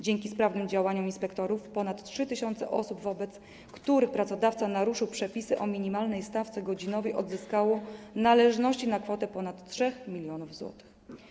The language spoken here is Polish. Dzięki sprawnym działaniom inspektorów ponad 3 tys. osób, wobec których pracodawca naruszył przepisy o minimalnej stawce godzinowej, odzyskało należności na kwotę ponad 3 mln zł.